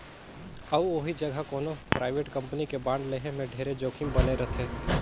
अउ ओही जघा कोनो परइवेट कंपनी के बांड लेहे में ढेरे जोखिम बने रथे